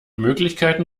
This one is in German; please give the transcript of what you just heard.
möglichkeiten